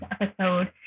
episode